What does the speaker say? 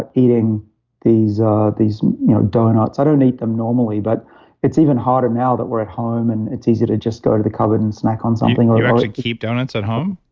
eating these um these you know donuts. i don't eat them normally, but it's even harder now that we're at home and it's easy to just go to the cupboard and snack on something you actually keep donuts at home?